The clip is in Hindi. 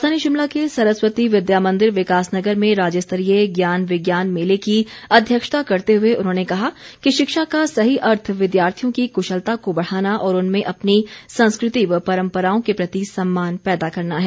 राजधानी शिमला के सरस्वती विद्या मंदिर विकास नगर में राज्यस्तरीय ज्ञान विज्ञान मेले की अध्यक्षता करते हुए उन्होंने कहा कि शिक्षा का सही अर्थ विद्यार्थियों की कुशलता को बढ़ाना और उनमें अपनी संस्कृति व परम्पराओं के प्रति सम्मान पैदा करना है